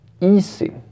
easy